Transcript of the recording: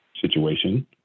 situation